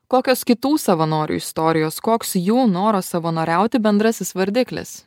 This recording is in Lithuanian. kokios kitų savanorių istorijos koks jų noro savanoriauti bendrasis vardiklis